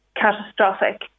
catastrophic